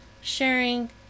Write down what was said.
sharing